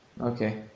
Okay